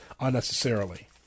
unnecessarily